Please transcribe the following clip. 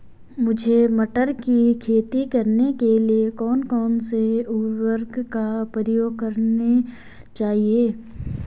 मुझे मटर की खेती करने के लिए कौन कौन से उर्वरक का प्रयोग करने चाहिए?